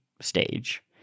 stage